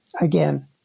again